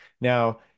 Now